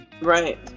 right